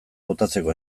botatzeko